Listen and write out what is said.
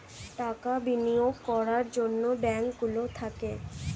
টাকা বিনিয়োগ করার জন্যে ব্যাঙ্ক গুলো থাকে